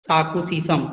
काकु शीशम